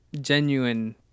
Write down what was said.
genuine